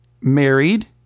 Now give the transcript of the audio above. married